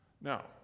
Now